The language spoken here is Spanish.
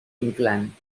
inclán